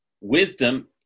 Wisdom